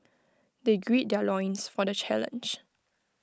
they greed their loins for the challenge